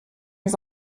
his